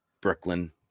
brooklyn